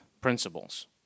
principles